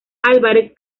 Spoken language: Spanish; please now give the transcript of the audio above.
álvarez